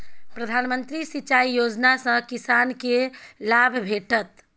प्रधानमंत्री सिंचाई योजना सँ किसानकेँ लाभ भेटत